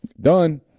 Done